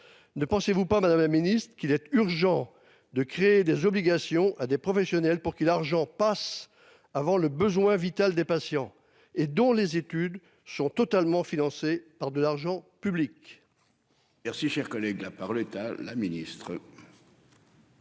Ne pensez-vous pas Madame la Ministre qu'il est urgent de créer des obligations à des professionnels pour qui l'argent passe avant le besoin vital des patients et dont les études sont totalement financées par de l'argent. Public.